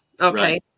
Okay